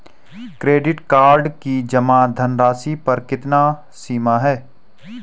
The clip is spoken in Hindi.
क्रेडिट कार्ड की जमा धनराशि पर कितनी सीमा है?